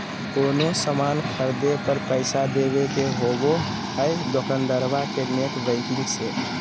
कोनो सामान खर्दे पर पैसा देबे के होबो हइ दोकंदारबा के नेट बैंकिंग से